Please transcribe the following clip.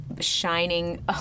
shining